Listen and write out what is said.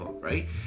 right